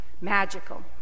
magical